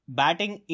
batting